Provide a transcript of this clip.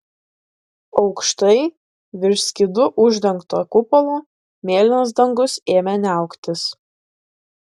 aukštai virš skydu uždengto kupolo mėlynas dangus ėmė niauktis